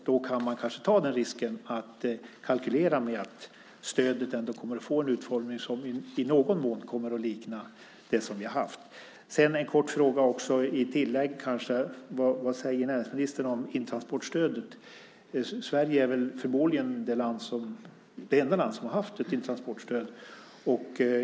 Då kan man kanske ta risken att kalkylera med att stödet kommer att få en utformning som i någon mån liknar det vi har haft. Sedan vill jag tillägga en kort fråga: Vad säger näringsministern om intransportstödet? Sverige är förmodligen det enda land som haft ett intransportstöd.